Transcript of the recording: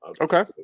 okay